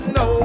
no